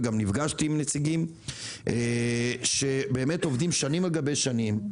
וגם נפגשתי עם נציגים שעובדים שנים על גבי שנים,